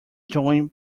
joined